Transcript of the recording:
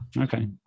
Okay